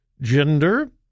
gender